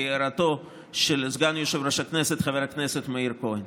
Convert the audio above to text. כהערתו של סגן יושב-ראש הכנסת חבר הכנסת מאיר כהן.